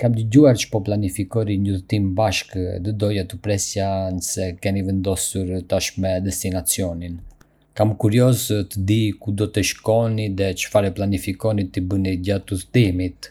Kam dëgjuar që po planifikoni një udhëtim bashkë dhe doja t'ju pyesja nëse e keni vendosur tashmë destinacionin. Jam kurioz të di ku do të shkoni dhe çfarë planifikoni të bëni gjatë udhëtimit.